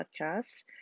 podcast